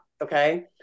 Okay